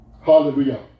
Hallelujah